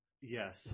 Yes